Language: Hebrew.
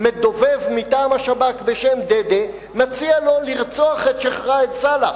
באוזנינו מדובב מטעם השב"כ בשם דדה מציע לו לרצוח את שיח' ראאד סלאח.